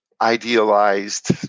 idealized